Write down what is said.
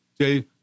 Jay